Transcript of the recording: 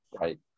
right